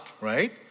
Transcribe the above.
right